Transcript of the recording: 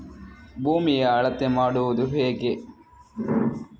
ಭೂಮಿಯ ಅಳತೆ ಮಾಡುವುದು ಹೇಗೆ?